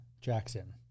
Jackson